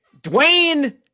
dwayne